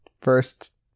first